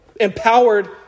empowered